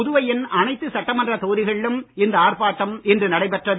புதுவையின் அனைத்து சட்டமன்றத் தொகுதிகளிலும் இந்த ஆர்ப்பாட்டம் இன்று நடைபெற்றது